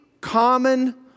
common